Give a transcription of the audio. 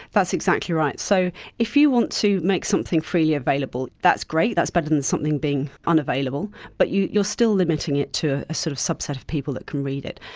that's exactly right. so if you want to make something freely available, that's great, that's better than something being unavailable. but you are still limiting it to a sort of subset of people that can read it.